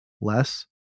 less